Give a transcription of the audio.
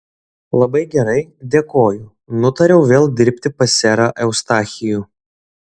labai gerai dėkoju nutariau vėl dirbti pas serą eustachijų